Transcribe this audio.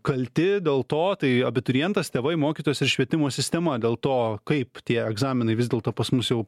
kalti dėl to tai abiturientas tėvai mokytojas ir švietimo sistema dėl to kaip tie egzaminai vis dėlto pas mus jau